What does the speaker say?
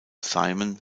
simon